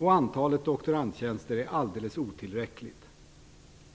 Antalet doktorandtjänster är helt otillräckligt.